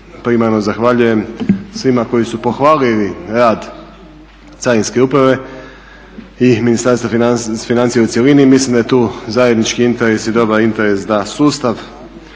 primarno zahvaljujem svima koji su pohvalili rad Carinske uprave i Ministarstva financija u cjelini. Mislim da je tu zajednički interes i dobar interes da sustav